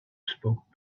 spoke